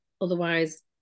Otherwise